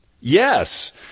Yes